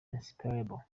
inseparable